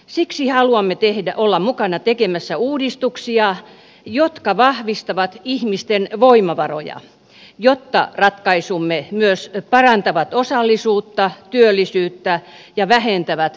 siksi haluamme olla mukana tekemässä uudistuksia jotka vahvistavat ihmisten voimavaroja jotta ratkaisumme myös parantavat osallisuutta työllisyyttä ja vähentävät palvelujen tarvetta